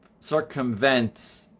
circumvent